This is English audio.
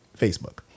facebook